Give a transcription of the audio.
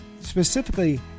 specifically